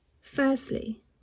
Firstly